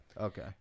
Okay